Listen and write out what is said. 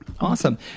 Awesome